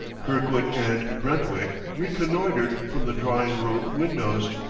kirkwood and brentwick reconnoitered from the drawing-room windows,